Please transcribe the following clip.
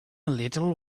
little